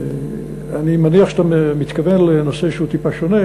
אני מניח שאתה מתכוון לנושא שהוא טיפה שונה,